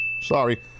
Sorry